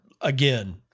again